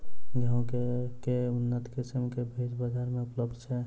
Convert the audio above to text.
गेंहूँ केँ के उन्नत किसिम केँ बीज बजार मे उपलब्ध छैय?